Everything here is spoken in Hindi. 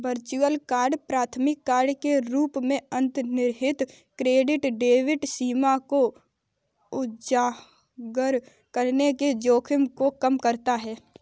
वर्चुअल कार्ड प्राथमिक कार्ड के रूप में अंतर्निहित क्रेडिट डेबिट सीमा को उजागर करने के जोखिम को कम करता है